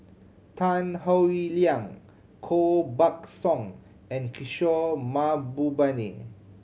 Tan Howe Liang Koh Buck Song and Kishore Mahbubani